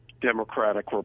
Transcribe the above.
Democratic